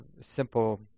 simple